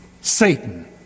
Satan